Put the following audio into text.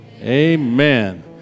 Amen